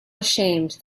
ashamed